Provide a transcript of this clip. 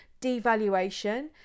devaluation